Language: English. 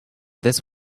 this